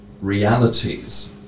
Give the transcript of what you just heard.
realities